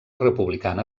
republicana